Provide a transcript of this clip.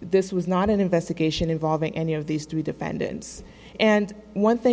this was not an investigation involving any of these three defendants and one thing